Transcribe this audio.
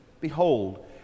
behold